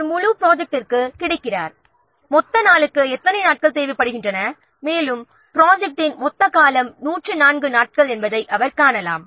அவர் முழு ப்ரொஜெக்ட்களுக்கு கிடைக்கிறார் மொத்த நாட்களுக்கு எத்தனை நாட்கள் அவர் தேவைப்படுகிறார் மேலும் ப்ராஜெக்டடி ன் மொத்த காலம் 104 நாட்கள் என்பதை அவர் காணலாம்